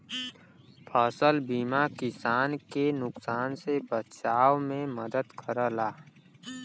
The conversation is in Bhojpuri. फसल बीमा किसान के नुकसान से बचाव में मदद करला